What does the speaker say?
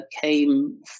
came